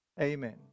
Amen